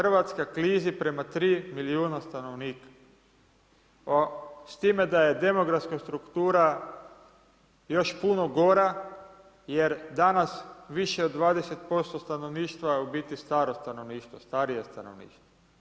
RH klizi prema 3 milijuna stanovnika, s time da je demografska struktura još puno gora jer danas više od 20% stanovništva je u biti staro stanovništvo, starije stanovništvo.